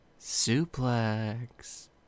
Suplex